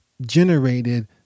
generated